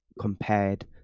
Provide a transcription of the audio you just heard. compared